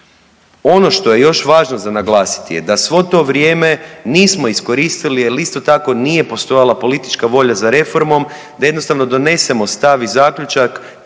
Ono što je još važno za naglasiti da svo to vrijeme nismo iskoristili jer isto tako nije postojala politička volja za reformom, da jednostavno donesemo stav i zaključak